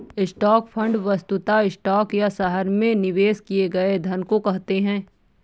stock fund वस्तुतः stock या शहर में निवेश किए गए धन को कहते हैं